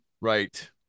right